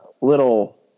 little